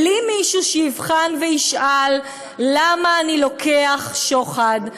בלי מישהו שיבחן וישאל למה אני לוקח שוחד,